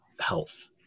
health